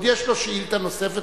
עוד יש לו שאילתא נוספת,